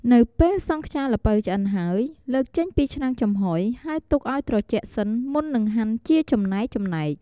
នៅពេលសង់ខ្យាល្ពៅឆ្អិនហើយ លើកចេញពីឆ្នាំងចំហុយ ហើយទុកឲ្យត្រជាក់សិនមុននឹងហាន់ជាចំណែកៗ។